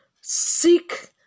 Seek